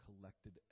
collected